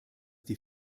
die